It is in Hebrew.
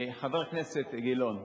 חבר הכנסת גילאון,